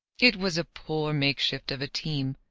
it was a poor makeshift of a team,